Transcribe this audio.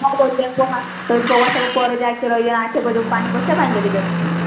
नओ बजे तऽ हमरा बउआसभ पढ़य जाइत रहैए आठे बजे ओ पानि बसिआ पानि लऽ कऽ जेतै